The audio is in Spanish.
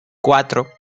cuatro